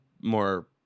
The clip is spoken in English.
more